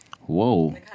Whoa